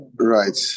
Right